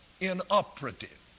inoperative